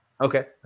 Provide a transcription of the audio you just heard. okay